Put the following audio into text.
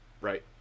Right